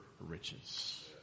riches